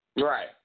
Right